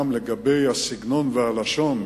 גם לגבי הסגנון והלשון,